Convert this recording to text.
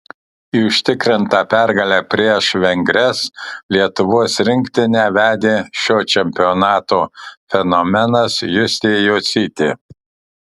į užtikrintą pergalę prieš vengres lietuvos rinktinę vedė šio čempionato fenomenas justė jocytė